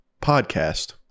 podcast